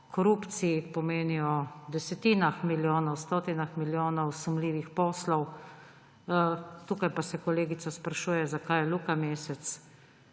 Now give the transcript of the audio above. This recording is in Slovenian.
korupciji, pomeni o desetinah milijonov, stotinah milijonov sumljivih poslov, tukaj pa se kolegica sprašuje, zakaj je Luka Mesec